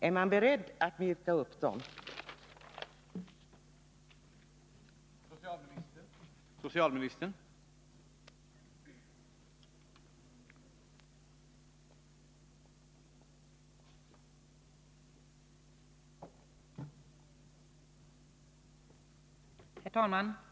Är man beredd att mjuka upp dessa gränser?